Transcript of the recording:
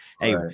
Hey